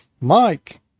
Mike